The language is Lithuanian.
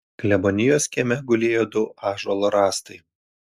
klebonijos kieme gulėjo du ąžuolo rąstai